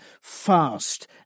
fast